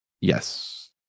Yes